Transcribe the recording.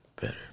Better